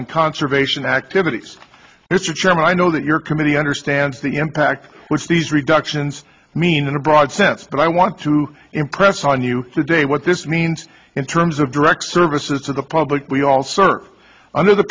and conservation activities it's a chairman i know that your committee understands the impact which these reductions mean in a broad sense but i want to impress on you today what this means in terms of direct services to the public we all serve under the